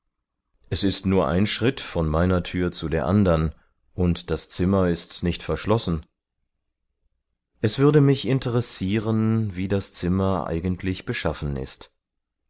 es ist nur ein schritt von meiner tür zu der anderen und das zimmer ist nicht verschlossen es würde mich interessieren wie dieses zimmer eigentlich beschaffen ist